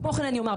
כמו כן אני אומר,